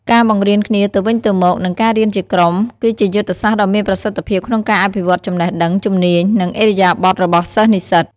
ការបង្រៀនគ្នាទៅវិញទៅមក និងការរៀនជាក្រុម គឺជាយុទ្ធសាស្ត្រដ៏មានប្រសិទ្ធភាពក្នុងការអភិវឌ្ឍចំណេះដឹង ជំនាញ និងឥរិយាបថរបស់សិស្សនិស្សិត។